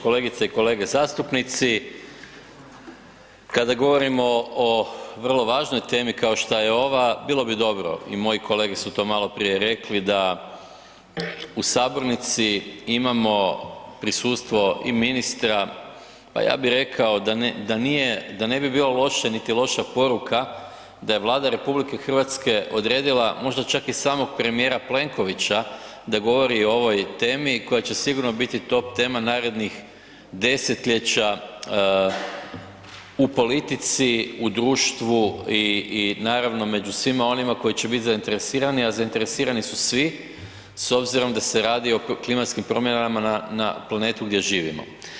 Kolegice i kolege zastupnici, kada govorimo o vrlo važnoj temi kao što je ova bilo bi dobro i moji kolege su to maloprije rekli da u sabornici imamo prisustvo i ministra, pa ja bi rekao da ne bi bilo loše niti loša poruka da je Vlada RH odredila možda čak i samom premijera Plenkovića da govori o ovoj temi koja će sigurno biti top tema narednih desetljeća u politici, u društvu i naravno među svima onima koji će biti zainteresirani, a zainteresirani su svi s obzirom da se radi o klimatskim promjenama na planetu gdje živimo.